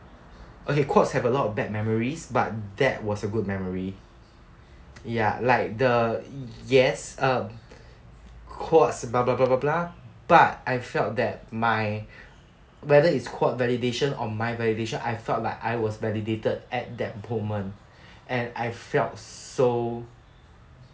okay quads have a lot of bad memories but that was a good memory ya like the yes uh quads but I felt that my whether it's quad validation or my validation I felt like I was validated at that moment and I felt so